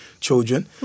children